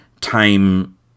time